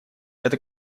это